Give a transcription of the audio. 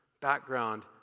background